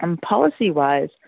Policy-wise